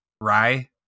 Rye